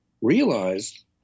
realized